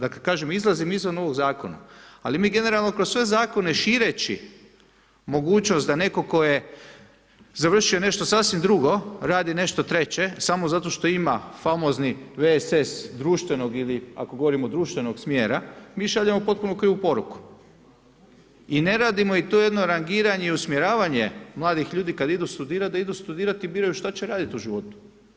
Dakle, kažem izlazim izvan ovog zakona, ali mi generalno kroz sve zakone šireći mogućnost da netko tko je završio nešto sasvim drugo radi nešto treće samo zato što ima famozni VSS društvenog ili ako govorimo društvenog smjera mi šaljemo potpuno krivu poruku i ne radimo i to jedno rangiranje i usmjeravanje mladih ljudi kad idu studirat da idu studirat i biraju što će raditi u životu.